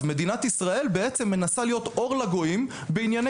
אז מדינת ישראל בעצם מנסה להיות אור לגויים בענייני